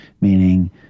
meaning